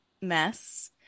mess